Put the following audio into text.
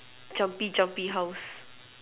jumpy jumpy house